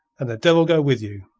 and the devil go with you.